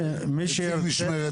נציג משמרת השבת.